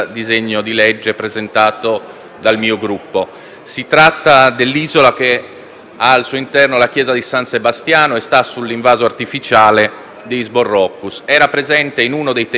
Si tratta dell'isola che ha al suo interno la chiesa di San Sebastiano e si trova sull'invaso artificiale di Is Barrocus. Era presente in uno dei testi di legge che è stato unificato,